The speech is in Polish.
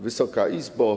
Wysoka Izbo!